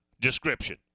description